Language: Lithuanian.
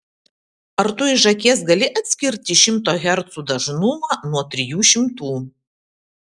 ar tu iš akies gali atskirti šimto hercų dažnumą nuo trijų šimtų